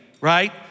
right